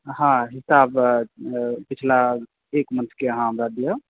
हॅं हिसाब जऽ पिछला तेइस मई के अहाँ हमरा दिअ